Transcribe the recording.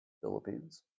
Philippines